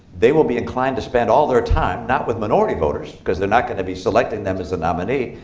they will be inclined to spend all their time not with minority voters, because they're not going to be selecting them as the nominee,